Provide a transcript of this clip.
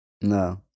no